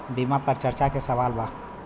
बीमा पर चर्चा के सवाल बा?